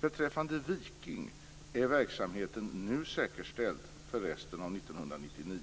Beträffande Viking är verksamheten nu säkerställd för resten av 1999,